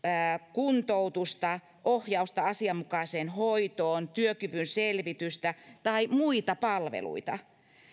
kuntoutusta ohjausta asianmukaiseen hoitoon työkyvyn selvitystä tai muita palveluita